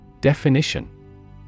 Definition